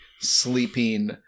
sleeping